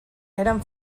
eren